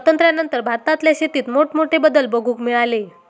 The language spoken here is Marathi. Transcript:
स्वातंत्र्यानंतर भारतातल्या शेतीत मोठमोठे बदल बघूक मिळाले